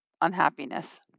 unhappiness